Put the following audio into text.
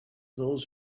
those